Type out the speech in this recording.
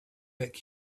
back